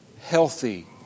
healthy